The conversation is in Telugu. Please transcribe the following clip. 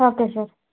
okay sir